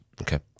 Okay